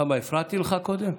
למה, הפרעתי לך קודם?